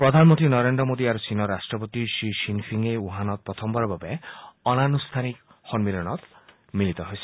প্ৰধানমন্ত্ৰী নৰেন্দ্ৰ মোদী আৰু চীনৰ ৰাষ্টপতি চি জিন পিঙে উহানত প্ৰথমবাৰৰ বাবে অনানুষ্ঠানিক সন্মিলনত মিলিত হৈছিল